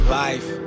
life